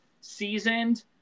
seasoned